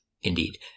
Indeed